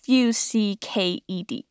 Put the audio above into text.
Fucked